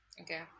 okay